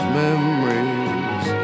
memories